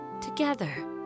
together